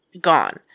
gone